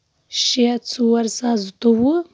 شےٚ ژور زٕ ساس زٕتووُہ